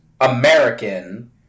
American